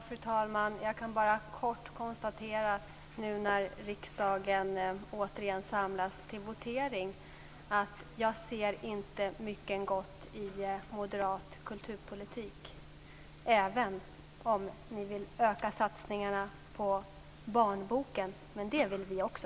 Fru talman! Nu när riksdagen åter samlas för votering kan jag bara kort konstatera att jag inte ser mycket gott i moderat kulturpolitik, även om ni vill öka satsningarna på barnböcker, men det vill vi också.